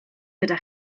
gyda